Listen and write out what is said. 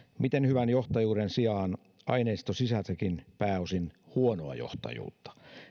miten hyvän johtajuuden sijaan aineisto sisälsikin pääosin huonoa johtajuutta